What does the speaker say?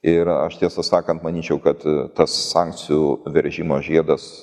ir aš tiesą sakant manyčiau kad tas sankcijų veržimo žiedas